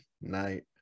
night